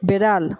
বেড়াল